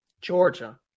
Georgia